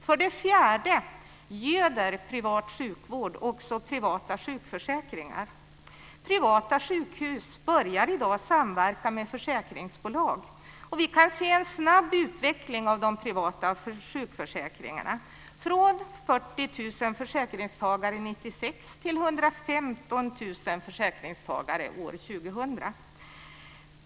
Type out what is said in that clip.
För det fjärde göder privat sjukvård också privata sjukförsäkringar. Privata sjukhus börjar i dag samverka med försäkringsbolag. Vi kan se en snabb utveckling av de privata sjukförsäkringarna. Det har ökat från 40 000 försäkringstagare år 1996 till 115 000 försäkringstagare år 2000.